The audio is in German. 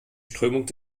strömung